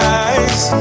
eyes